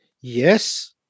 Yes